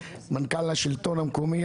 מנכ"ל השלטון המקומי,